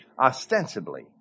Ostensibly